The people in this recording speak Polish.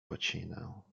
łacinę